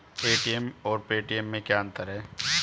ATM और Paytm में क्या अंतर है?